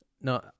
no